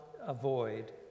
avoid